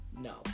No